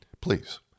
please